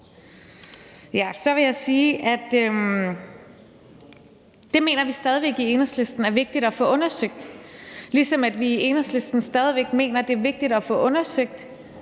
Enhedslisten stadig mener, at det er vigtigt at få undersøgt, ligesom vi i Enhedslisten stadig mener, at det er vigtigt at få undersøgt